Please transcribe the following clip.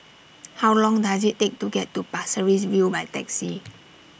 How Long Does IT Take to get to Pasir Ris View By Taxi